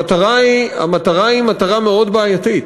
המטרה היא מאוד בעייתית.